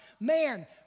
man